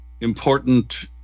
important